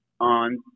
on